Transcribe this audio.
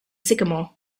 sycamore